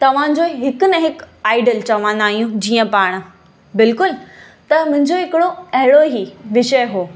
तव्हांजो हिक न हिकु आइडल चवंदा आहियूं जीअं पाण बिल्कुलु त मुंहिंजो हिकिड़ो अहिड़ो ई विषय हुओ